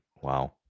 Wow